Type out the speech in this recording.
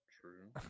true